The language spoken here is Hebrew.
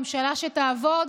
ממשלה שתעבוד,